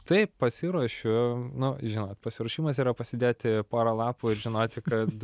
taip pasiruošiu nu žinot pasiruošimas yra pasidėti porą lapų ir žinoti kad